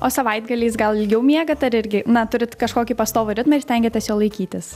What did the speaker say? o savaitgaliais gal ilgiau miegat ar irgi na turit kažkokį pastovų ritmą ir stengiatės jo laikytis